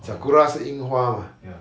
sakura 是 ying hua mah